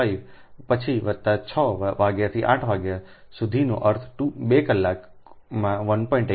5 પછી વત્તા 6 વાગ્યાથી 8 વાગ્યા સુધીનો અર્થ 2 કલાકમાં 1